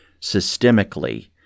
systemically